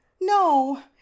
no